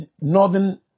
northern